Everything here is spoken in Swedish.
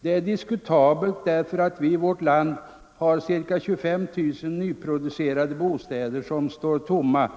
Det är diskutabelt därför att vi i vårt land har ca 25 000 nyproducerade bostäder som står tomma.